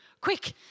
quick